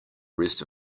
rest